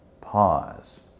Pause